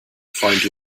find